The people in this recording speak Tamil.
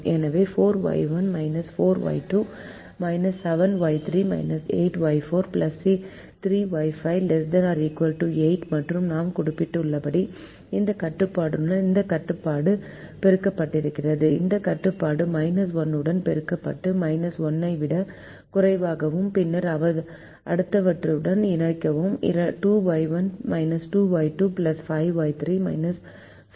எனவே 4Y1 4Y2 7Y3 8Y4 3Y5 ≤ 8 மற்றும் நான் குறிப்பிட்டுள்ளபடி இந்த கட்டுப்பாடுடன் இந்த கட்டுப்பாடு பெருக்கப்படுகிறது இந்த கட்டுப்பாடு 1 உடன் பெருக்கப்பட்டு 1 ஐ விட குறைவாகவும் பின்னர் அடுத்தவற்றுடன் இணைக்கவும் 2Y1 2Y2 5Y3 5Y4 7Y5 5